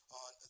on